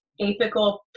apical